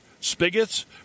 spigots